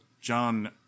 John